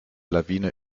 lawine